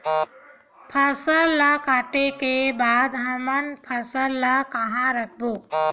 फसल ला काटे के बाद हमन फसल ल कहां रखबो?